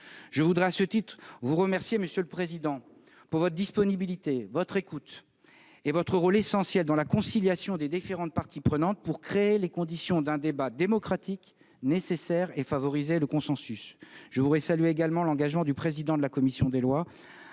Je voudrais, à ce titre, vous remercier, monsieur le président, pour votre disponibilité, votre écoute et votre rôle essentiel dans la conciliation des différentes parties prenantes pour créer les conditions d'un débat démocratique nécessaire et favoriser les consensus. Je salue également l'engagement du président de la commission des lois